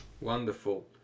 wonderful